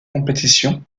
compétition